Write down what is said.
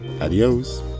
Adios